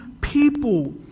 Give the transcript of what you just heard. people